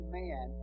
man